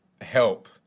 help